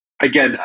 again